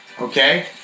Okay